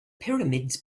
pyramids